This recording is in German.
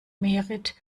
merit